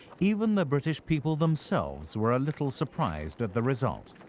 even the british people themselves were a little surprised at the result.